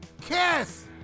kiss